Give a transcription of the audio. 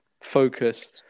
focus